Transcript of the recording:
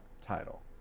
Title